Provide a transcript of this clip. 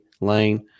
Lane